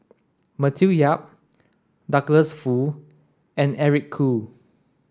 Matthew Yap Douglas Foo and Eric Khoo